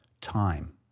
time